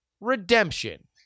redemption